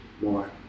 more